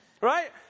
right